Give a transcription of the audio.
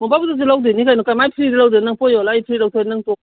ꯃꯣꯝꯄꯥꯛ ꯐꯤꯗꯛꯁꯨ ꯂꯧꯗꯣꯏꯅꯤ ꯀꯩꯅꯣ ꯀꯃꯥꯏꯅ ꯐ꯭ꯔꯤꯗ ꯂꯧꯗꯣꯏꯅꯣ ꯅꯪ ꯄꯣꯠ ꯌꯣꯜꯂ ꯑꯩ ꯐ꯭ꯔꯤꯗ ꯂꯧꯊꯣꯛꯂꯗꯤ ꯅꯪ